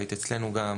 והיית אצלנו גם.